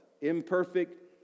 Imperfect